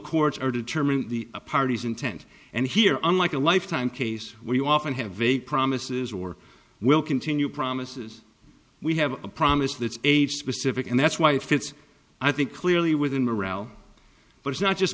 courts are determining the party's intent and here unlike a life time case where you often have vague promises or will continue promises we have a promise that's age specific and that's why it fits i think clearly within morale but it's not just